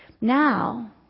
Now